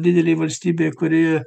didelė valstybė kuri